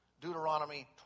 Deuteronomy